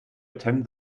attend